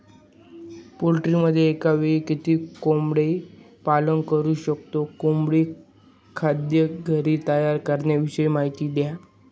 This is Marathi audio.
पोल्ट्रीमध्ये एकावेळी किती कोंबडी पालन करु शकतो? कोंबडी खाद्य घरी तयार करण्याविषयी माहिती द्या